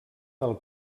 del